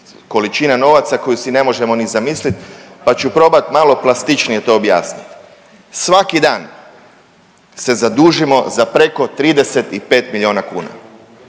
količina novaca koju si ne možemo ni zamisliti pa ću probati malo plastičnije to objasniti. Svaki dan se zadužimo za preko 35 milijuna kuna.